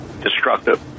destructive